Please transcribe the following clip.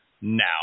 now